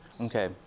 Okay